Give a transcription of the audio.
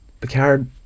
Picard